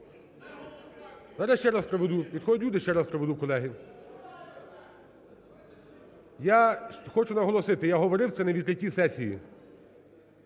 Зараз ще раз проведу, підходять люди, ще раз проведу, колеги. Я хочу наголосити, я говорив це на відкритті сесії: